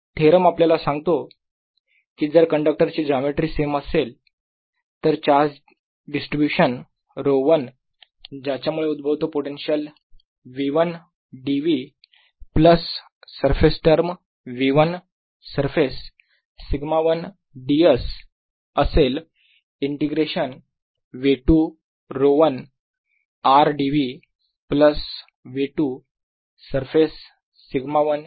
theorem आपल्याला सांगतो की जर कंडक्टरची जॉमेट्री सेम असेल तर चार्ज डिस्ट्रीब्यूशन ρ1 ज्याच्यामुळे उद्भवतो potential V1 dv plus surface term V1 surface σ1 ds असेल integration V2 ρ1 r dv plus V2 surface σ1 ds